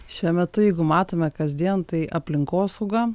šiuo metu jeigu matome kasdien tai aplinkosauga